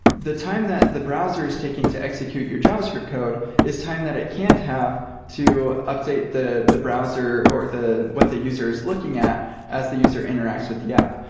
the time that the browser is taking to execute your javascript code is time that it can't have to update the the browser or what the user is looking at as the user interacts with the app.